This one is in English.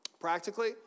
Practically